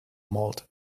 malt